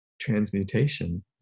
transmutation